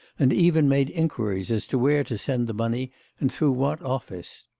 and even made inquiries as to where to send the money and through what office.